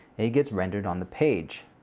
it gets rendered on the page.